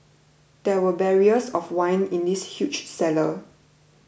there were barrels of wine in this huge cellar